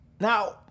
Now